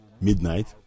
midnight